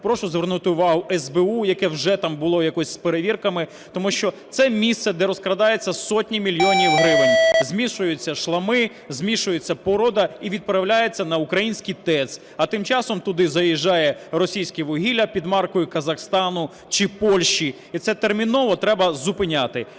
прошу звернути увагу СБУ, яке вже там було якось з перевірками. Тому що це місце, де розкрадається сотні мільйонів гривень, змішуються шлами, змішуються порода і відправляється на українські ТЕЦ. А тим часом туди заїжджає російське вугілля під маркою Казахстану чи Польщі, і це терміново треба зупиняти.